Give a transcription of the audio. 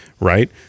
Right